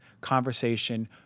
conversation